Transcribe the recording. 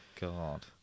God